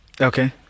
Okay